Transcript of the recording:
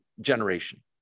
generation